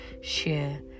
share